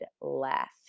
left